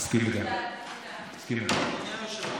תודה רבה.